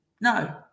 no